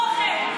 אוכל,